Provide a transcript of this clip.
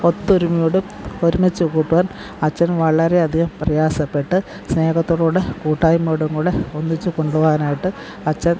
ഒത്തൊരുമയോടും ഒരുമിച്ചുകൂട്ടുവാൻ അച്ചൻ വളരെ അധികം പ്രയാസപ്പെട്ട് സ്നേഹത്തോടുകൂടെ കൂട്ടായ്മയോടുംകൂടെ ഒന്നിച്ചു കൊണ്ടുപോകാനായിട്ട് അച്ചൻ